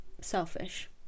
selfish